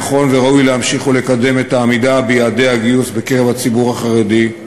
נכון וראוי להמשיך ולקדם את העמידה ביעדי הגיוס בקרב הציבור החרדי,